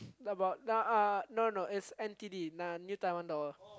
about nah uh no no it's N_T_D uh New Taiwan Dollar